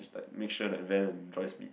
like make sure that Ben and Joyce mix